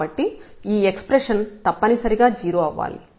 కాబట్టి ఈ ఎక్స్ప్రెషన్ తప్పనిసరిగా 0 అవ్వాలి